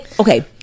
Okay